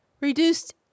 Reduced